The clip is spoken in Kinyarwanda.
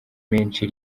menshi